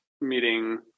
meeting